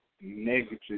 negative